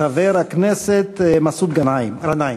חבר הכנסת מסעוד גנאים.